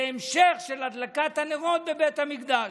זה המשך של הדלקת הנרות בבית המקדש.